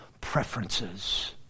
preferences